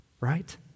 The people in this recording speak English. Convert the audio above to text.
Right